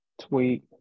Tweet